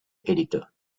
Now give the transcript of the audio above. editor